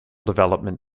development